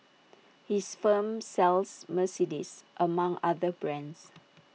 his firm sells Mercedes among other brands